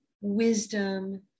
wisdom